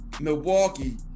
Milwaukee